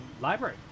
library